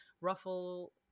ruffle